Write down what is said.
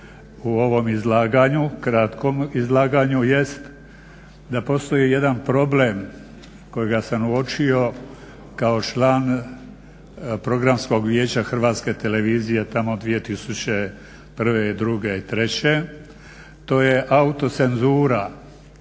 u ovom izlaganju, kratkom izlaganju jest da postoji jedan problem kojega sam uočio kao član Programskog vijeća HRT-a tamo 2001., 2002., 2003. To je autocenzura